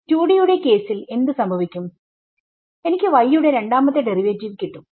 2D യുടെ കേസിൽ എന്ത് സംഭവിക്കും എനിക്ക് y യുടെ രണ്ടാമത്തെ ഡെറിവേറ്റീവ് കിട്ടും